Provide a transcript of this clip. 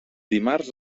dimarts